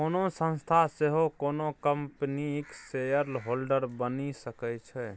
कोनो संस्था सेहो कोनो कंपनीक शेयरहोल्डर बनि सकै छै